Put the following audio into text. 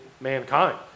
mankind